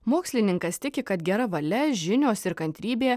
mokslininkas tiki kad gera valia žinios ir kantrybė